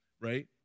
right